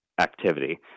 activity